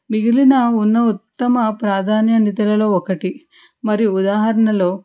మిగిలిన ఉన్న ఉత్తమ ప్రాధాన్యతలలో ఒకటి మరియు ఉదాహరణలో